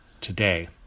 today